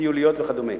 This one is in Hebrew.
טיוליות וכדומה,